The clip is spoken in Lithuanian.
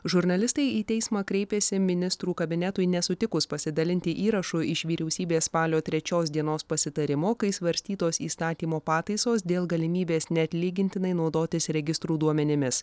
žurnalistai į teismą kreipėsi ministrų kabinetui nesutikus pasidalinti įrašu iš vyriausybės spalio trečios dienos pasitarimo kai svarstytos įstatymo pataisos dėl galimybės neatlygintinai naudotis registrų duomenimis